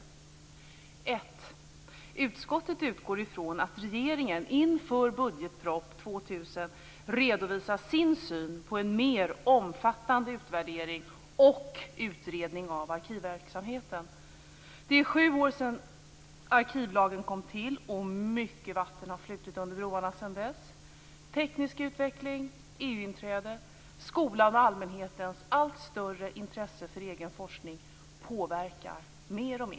För det första: Utskottet utgår från att regeringen inför budgetpropositionen 2000 redovisar sin syn på en mer omfattande utvärdering och utredning av arkivverksamheten. Det är sju år sedan arkivlagen kom till, och mycket vatten har flutit under broarna sedan dess. Teknisk utveckling, EU-inträde, skolans och allmänhetens allt större intresse för egen forskning påverkar mer och mer.